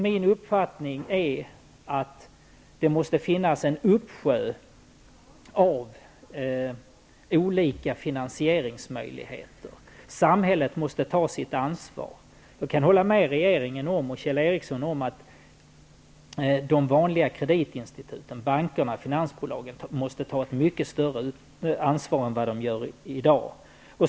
Min uppfattning är att det måste finnas en uppsjö av olika finansieringsmöjligheter. Samhället måste ta sitt ansvar. Jag kan hålla med Kjell Ericsson och regeringen om att de vanliga kreditinstituten, bankerna och finansbolagen, måste ta ett mycket större ansvar än vad de tar i dag.